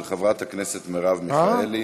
של חברת הכנסת מרב מיכאלי,